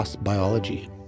biology